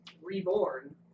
reborn